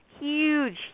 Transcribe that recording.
huge